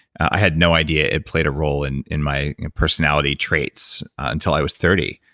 i had no idea it played a role and in my personality traits until i was thirty.